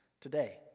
today